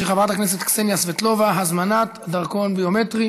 של חברת הכנסת קסניה סבטלובה: הזמנת דרכון ביומטרי.